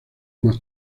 más